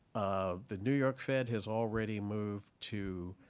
um the new york fed has already moved to